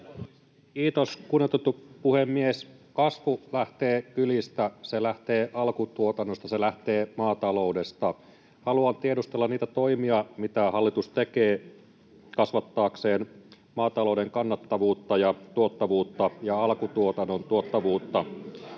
Kiitos, kunnioitettu puhemies! Kasvu lähtee kylistä, se lähtee alkutuotannosta, se lähtee maataloudesta. Haluan tiedustella niitä toimia, mitä hallitus tekee kasvattaakseen maatalouden kannattavuutta ja tuottavuutta ja alkutuotannon tuottavuutta,